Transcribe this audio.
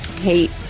hate